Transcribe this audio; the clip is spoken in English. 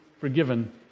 forgiven